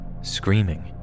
screaming